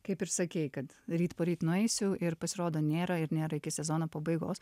kaip ir sakei kad ryt poryt nueisiu ir pasirodo nėra ir nėra iki sezono pabaigos